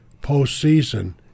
postseason